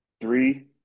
Three